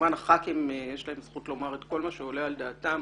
לחברי הכנסת יש הזכות לומר את כל העולה על דעתם